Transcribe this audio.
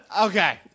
Okay